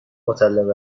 مطلقه